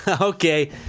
Okay